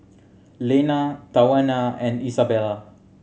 Lenna Tawana and Isabela